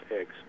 eggs